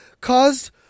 caused